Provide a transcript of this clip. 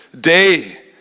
day